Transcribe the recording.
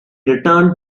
returned